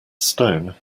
stone